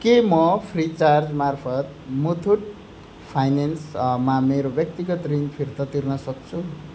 के म फ्रिचार्ज मार्फत् मुथुट फाइनेन्समा मेरो व्यक्तिगत ऋण फिर्ता तिर्नसक्छु